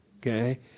Okay